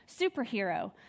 superhero